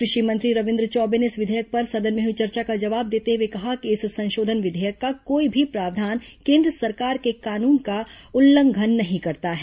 कृषि मंत्री रविन्द्र चौबे ने इस विधेयक पर सदन में हुई चर्चा का जवाब देते हुए कहा कि इस संशोधन विधेयक का कोई भी प्रावधान केन्द्र सरकार के कानून का उल्लंघन नहीं करता है